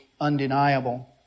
undeniable